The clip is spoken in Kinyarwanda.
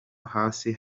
hasi